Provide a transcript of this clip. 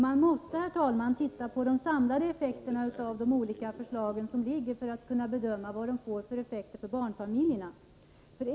Man måste, herr talman, se på de samlade effekterna av de olika förslag som föreligger för att kunna bedöma vilka effekter de får för barnfamiljerna.